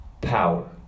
power